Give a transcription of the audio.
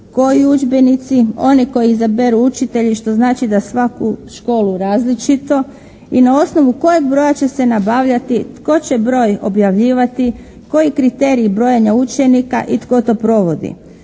Koji udžbenici? Oni koje izaberu učitelji, što znači za svaku školu različito i na osnovu kojeg broja će se nabavljati, tko će broj objavljivati, koji kriteriji brojenja učenika i tko to provodi.